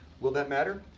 will that matter?